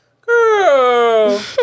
Girl